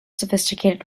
sophisticated